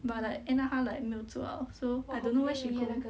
but like end up 她 like 没有做了 so I don't know where she go